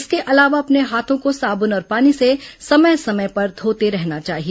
इसके अलावा अपने हाथों को साबुन और पानी से समय समय पर धोते रहना चाहिए